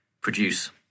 produce